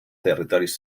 territoris